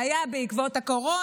שהיו בעקבות הקורונה,